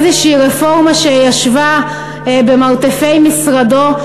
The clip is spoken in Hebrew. איזו רפורמה שישבה במרתפי משרדו,